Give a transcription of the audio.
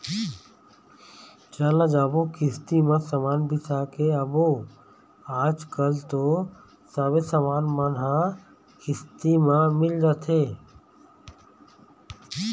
चल न जाबो किस्ती म समान बिसा के आबो आजकल तो सबे समान मन ह किस्ती म मिल जाथे